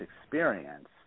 experience